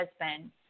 husband